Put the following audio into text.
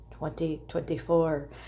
2024